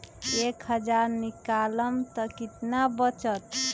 एक हज़ार निकालम त कितना वचत?